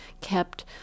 kept